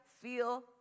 feel